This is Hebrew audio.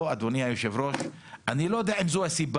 אדוני יושב הראש, פה אני לא יודע אם זו הסיבה,